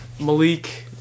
Malik